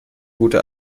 gute